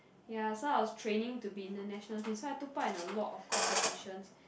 ya so I was training to be in the national team so I took part in a lot of competitions